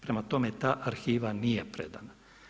Prema tome ta arhiva nije predana.